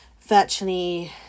virtually